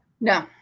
no